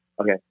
okay